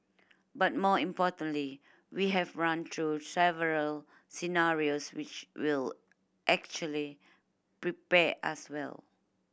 but more importantly we have run through several scenarios which will actually prepare us well